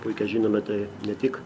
puikiai žinome tai ne tik